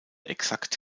exakt